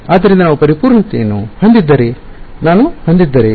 ಆದ್ದರಿಂದ ನಾವು ಪರಿಪೂರ್ಣತೆಯನ್ನು ಹೊಂದಿದ್ದರೆ ನಾನು ಹೊಂದಿದ್ದರೆ